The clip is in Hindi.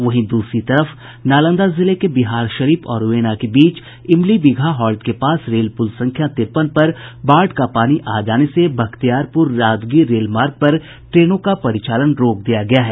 वहीं द्रसरी तरफ नालंदा जिले के बिहारशरीफ और वेना के बीच इमली बिगहा हॉल्ट के पास रेल पुल संख्या तिरपन पर बाढ़ का पानी आ जाने से बख्तियारपुर राजगीर रेलमार्ग पर ट्रेनों का परिचालन रोक दिया गया है